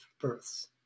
births